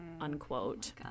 unquote